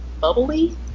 bubbly